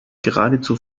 geradezu